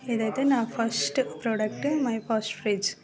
ఇదైతే నా first product my first fridge